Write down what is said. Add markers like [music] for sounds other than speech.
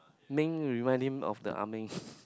Ming revise name of the Ah-Ming [laughs]